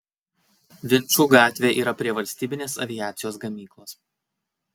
vinčų gatvė yra prie valstybinės aviacijos gamyklos